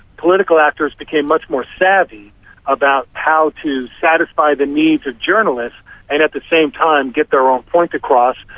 political actors became much more savvy about how to satisfy the needs of journalists and at the same time get their own point across.